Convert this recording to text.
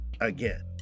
again